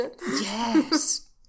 Yes